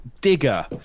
Digger